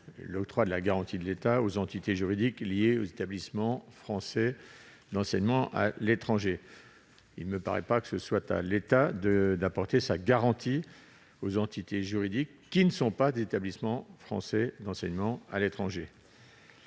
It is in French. l'octroi de la garantie de l'État aux entités juridiques liées aux établissements français d'enseignement à l'étranger. Il ne me paraît pas que ce soit à l'État d'apporter sa garantie aux entités juridiques qui ne sont pas des établissements français d'enseignement à l'étranger.